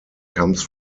comes